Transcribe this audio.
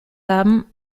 haben